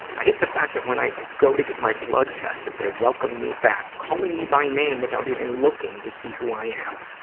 i hate the fact that when i go to get my blood tested, they welcome me back, calling me by name without even looking to see who i am.